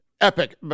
epic